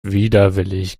widerwillig